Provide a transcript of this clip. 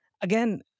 again